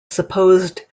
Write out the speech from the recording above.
supposed